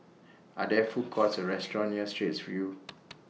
Are There Food Courts Or restaurants near Straits View